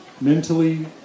mentally